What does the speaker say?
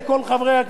הבנתי, בסדר.